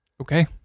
okay